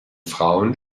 frauen